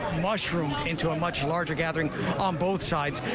mushroomed into a much larger gathering on both sides,